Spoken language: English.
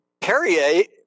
Perrier